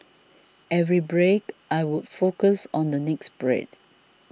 every break I would focus on the next break